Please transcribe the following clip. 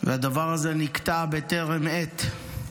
והדבר הזה נקטע בטרם עת.